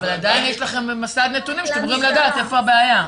אבל עדיין יש לכם מסד נתונים שאתם יכולים לדעת איפה הבעיה.